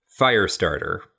Firestarter